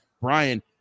Brian